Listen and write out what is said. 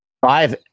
five